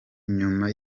nyuma